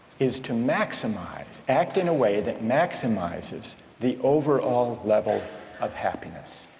is to maximize, act in a way that maximizes the overall level of happiness.